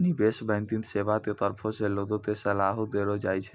निबेश बैंकिग सेबा के तरफो से लोगो के सलाहो देलो जाय छै